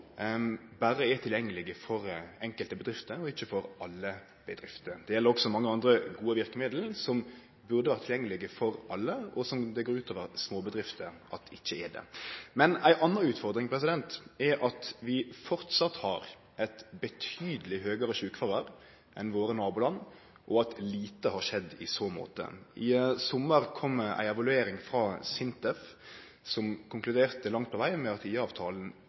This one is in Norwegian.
berre er tilgjengelege for enkelte bedrifter og ikkje for alle bedrifter. Det gjeld også mange andre gode verkemiddel som burde ha vore tilgjengelege for alle, og det går ut over småbedrifter at det ikkje er slik. Ei anna utfordring er at vi framleis har eit betydeleg høgare sjukefråvær enn nabolanda våre, og at det har skjedd lite i så måte. I sommar kom ei evaluering frå SINTEF som langt på veg konkluderte med